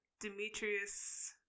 Demetrius